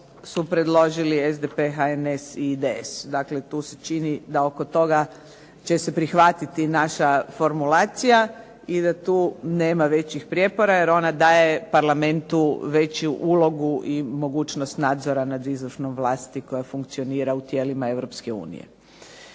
su predložili SDP, HNS i IDS. Dakle, tu se čini da oko toga će se prihvatiti naša formulacija i da tu nema većih prijepora jer ona daje Parlamentu veću ulogu i mogućnost nadzora nad izvršnom vlasti koja funkcionira u tijelima